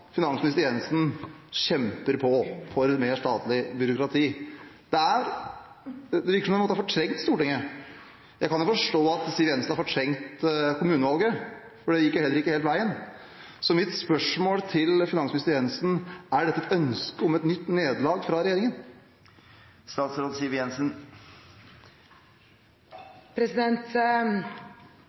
finansminister Jensen kjemper for mer statlig byråkrati. Det virker på en måte som om hun har fortrengt Stortinget. Jeg kan forstå at Siv Jensen har fortrengt kommunevalget, for det gikk heller ikke helt veien. Så mitt spørsmål til finansminister Jensen er: Er dette et ønske om et nytt nederlag fra regjeringen?